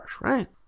right